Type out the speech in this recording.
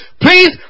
Please